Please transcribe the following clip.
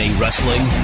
wrestling